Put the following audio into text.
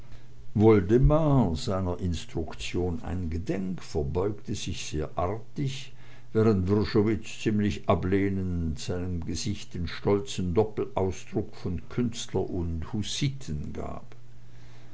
woldemar seiner instruktion eingedenk verbeugte sich sehr artig während wrschowitz ziemlich ablehnend seinem gesicht den stolzen doppelausdruck von künstler und hussiten gab